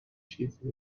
چیزی